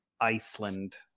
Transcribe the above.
iceland